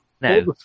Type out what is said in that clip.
no